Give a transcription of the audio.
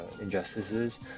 injustices